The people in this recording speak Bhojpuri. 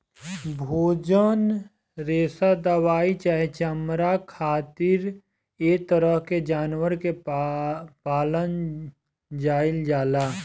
भोजन, रेशा दवाई चाहे चमड़ा खातिर ऐ तरह के जानवर के पालल जाइल जाला